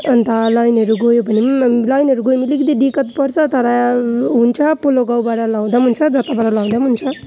अन्त लाइनहरू गयो भने पनि अब लाइनहरू गयो भने अलिकति दिक्कत पर्छ तर हुन्छ पल्लो गाउँबाट ल्याउँदा पनि हुन्छ जताबाट ल्याउँदा पनि हुन्छ